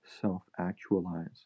self-actualize